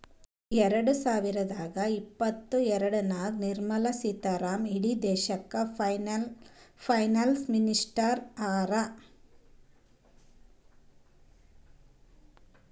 ಎರಡ ಸಾವಿರದ ಇಪ್ಪತ್ತಎರಡನಾಗ್ ನಿರ್ಮಲಾ ಸೀತಾರಾಮನ್ ಇಡೀ ದೇಶಕ್ಕ ಫೈನಾನ್ಸ್ ಮಿನಿಸ್ಟರ್ ಹರಾ